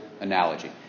analogy